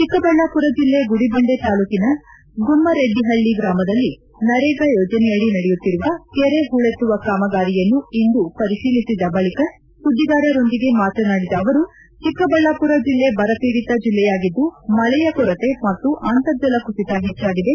ಚಿಕ್ಕಬಳ್ಳಾಪುರ ಜೆಲ್ಲೆ ಗುಡಿಬಂಡೆ ತಾಲೂಕಿನ ಗುಮ್ನರೆಡ್ಡಿಹಳ್ಳಿ ಗ್ರಾಮದಲ್ಲಿ ನರೇಗಾ ದಡಿ ನಡೆಯುತ್ತಿರುವ ಕೆರೆ ಹೂಳೆತ್ತುವ ಕಾಮಗಾರಿಯನ್ನು ಇಂದು ಪರಿಶೀಲಿಸಿದ ಬಳಕ ಸುದ್ದಿಗಾರರೊಂದಿಗೆ ಮಾತನಾಡಿದ ಅವರು ಚಿಕ್ಕಬಳ್ಳಾಪುರ ಜಿಲ್ಲೆ ಬರಪೀಡಿತ ಜಿಲ್ಲೆಯಾಗಿದ್ದು ಮಳೆಯ ಕೊರತೆ ಮತ್ತು ಅಂತರ್ಜಲ ಕುಸಿತ ಹೆಚ್ಚಾಗಿದೆ